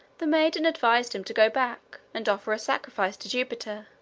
the maiden advised him to go back and offer a sacrifice to jupiter.